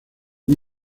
muy